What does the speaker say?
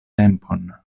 tempon